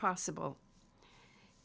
possible